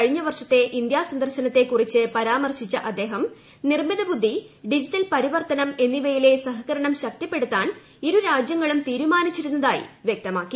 കഴിഞ്ഞവർഷത്തെ ഇന്ത്യാസന്ദർശനത്തെക്കുറിച്ച് പരാമർശിച്ച അദ്ദേഹം നിർമിതബുദ്ധി ഡിജിറ്റൽ പരിവർത്തനം എന്നിവയിലെ സഹകരണം ശക്തിപ്പെടുത്താൻ ഇരുരാജ്യങ്ങളും തീരുമാനിച്ചിരുന്നതായി വ്യക്തമാക്കി